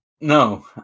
No